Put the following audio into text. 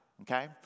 Okay